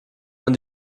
man